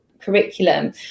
curriculum